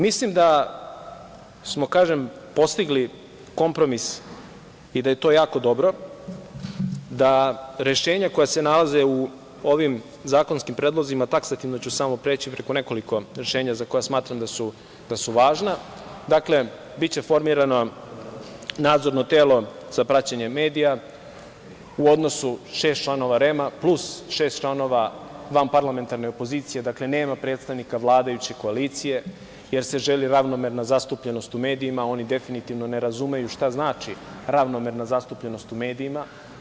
Mislim da smo postigli kompromis i da je to jako dobro, da rešenja koja se nalaze u ovim zakonskim predlozima, taksativno ću samo preći preko nekoliko rešenja za koja smatram da su važna, dakle, biće formirano nadzorno telo za praćenje medija u odnosu šest članova REM-a plus šest članova vanparlamentarne opozicije, dakle, nema predstavnika vladajuće koalicije jer se želi ravnomerna zastupljenost u medijima a oni definitivno ne razumeju šta znači ravnomerna zastupljenost u medijima.